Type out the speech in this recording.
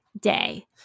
day